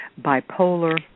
bipolar